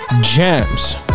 Jams